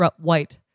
White